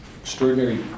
extraordinary